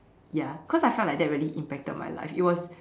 ya cause I felt like that really impacted my life it was